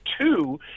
two